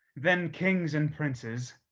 then kings and princes,